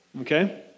okay